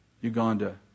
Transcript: Uganda